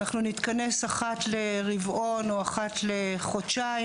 נתכנס אחת לרבעון או אחת לחודשיים,